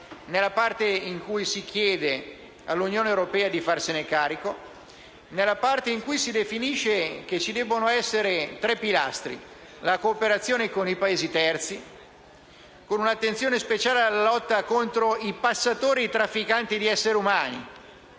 nella parte in cui si chiede all'Unione europea di farsi carico della situazione e nella parte in cui si definiscono i tre pilastri: la cooperazione con i Paesi terzi, con un'attenzione speciale alla lotta contro i passatori e i trafficanti di esseri umani;